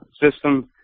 system